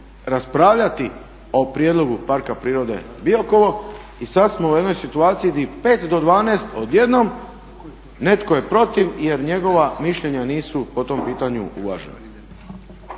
raspravljati o prijedlogu Parka prirode Biokovo i sad samo u jednoj situaciji di 5 do 12 odjednom netko je protiv jer njegova mišljenja nisu po tom pitanju uvažena.